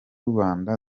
rwanda